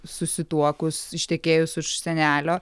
susituokus ištekėjus už senelio